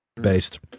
Based